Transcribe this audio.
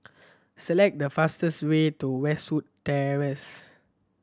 select the fastest way to Westwood Terrace